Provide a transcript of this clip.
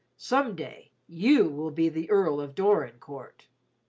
some day you will be the earl of dorincourt.